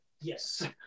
Yes